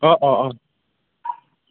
অ অ অ